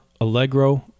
Allegro